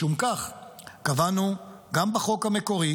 משום כך קבענו גם בחוק המקורי